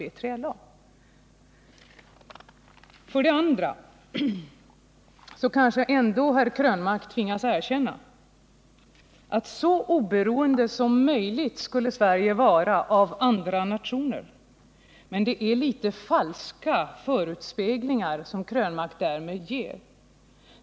Herr Krönmark tvingas ändå erkänna att Sverige skall vara ”så oberoende som möjligt av andra nationer”, men det är lite falska förhoppningar som herr Krönmark därmed ger.